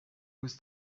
was